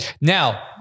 Now